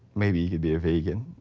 maybe you could be a vegan.